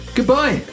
Goodbye